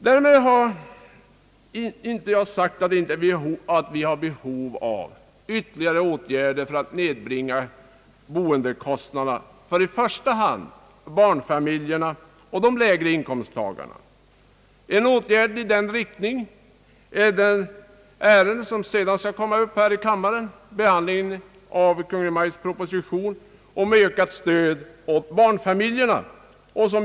Därmed inte sagt att vi inte har behov av ytterligare åtgärder för att nedbringa boendekostnaderna för i första hand barnfamiljerna och de lägre inkomsttagarna, En åtgärd i den riktningen innebär Kungl. Maj:ts proposition om ökat ekonomiskt stöd åt barnfamiljer, som kommer upp till behandling som nästa ärende på kammarens föredragningslista.